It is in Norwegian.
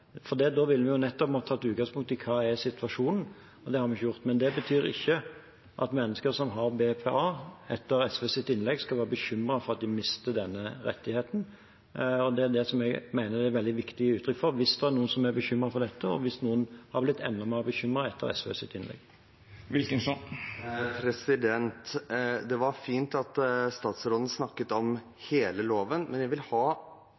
Da ville vi ha måttet ta utgangspunkt i hva som er situasjonen, og det har vi ikke gjort. Men det betyr ikke at mennesker som har BPA, etter SVs innlegg skal være bekymret for å miste denne rettigheten. Det mener jeg det er veldig viktig å gi uttrykk for hvis det er noen som er bekymret for dette, og hvis noen er blitt enda mer bekymret etter SVs innlegg. Det var fint at statsråden snakket om hele loven, men jeg vil ha